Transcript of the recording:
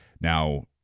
Now